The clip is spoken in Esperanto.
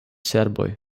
serboj